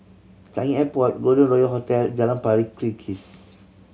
Changi Airport Golden Royal Hotel Jalan Pari Kikis